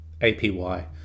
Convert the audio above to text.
APY